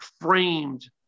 framed